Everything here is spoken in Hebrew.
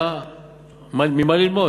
היה ממה ללמוד.